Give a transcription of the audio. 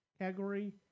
category